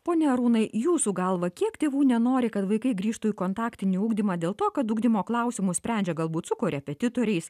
pone arūnai jūsų galva kiek tėvų nenori kad vaikai grįžtų į kontaktinį ugdymą dėl to kad ugdymo klausimus sprendžia galbūt su korepetitoriais